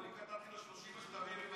עזוב, אני כתבתי לו 30 מכתבים.